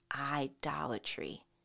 idolatry